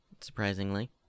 Surprisingly